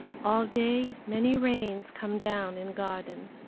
all day many rains come down in garden.